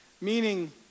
Meaning